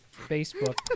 Facebook